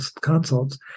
consults